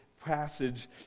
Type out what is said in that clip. passage